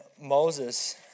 Moses